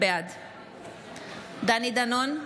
בעד דני דנון,